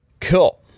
Cool